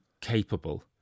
capable